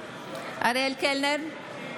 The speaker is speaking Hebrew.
אריאל קלנר,